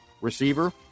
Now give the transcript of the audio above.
receiver